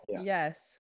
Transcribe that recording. yes